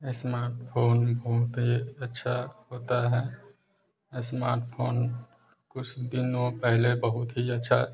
smartphone बहुत ही अच्छा होता है स्मार्टफोन कुछ दिनों पहले बहुत ही अच्छा